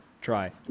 try